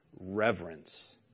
reverence